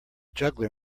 juggler